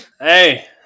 Hey